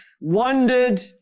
wondered